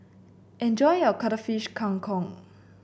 enjoy your Cuttlefish Kang Kong